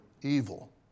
evil